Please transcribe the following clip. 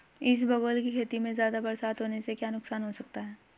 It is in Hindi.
इसबगोल की खेती में ज़्यादा बरसात होने से क्या नुकसान हो सकता है?